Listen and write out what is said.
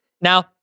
Now